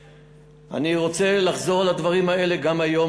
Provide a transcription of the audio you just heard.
אני רוצה לחזור על הדברים האלה גם היום,